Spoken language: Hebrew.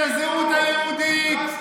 מוכרים את הזהות היהודית,